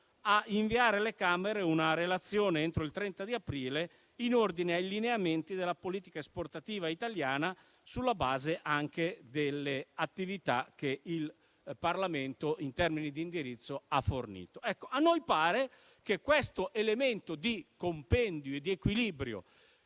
a inviare alle Camere una relazione entro il 30 aprile, in ordine ai lineamenti della politica esportativa italiana, anche sulla base delle attività che il Parlamento ha fornito in termini di indirizzo. A noi sembra che questo elemento di compendio e di equilibrio